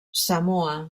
samoa